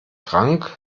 krank